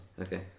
Okay